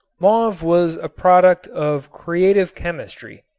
mauve was a product of creative chemistry,